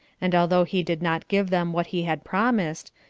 and although he did not give them what he had promised,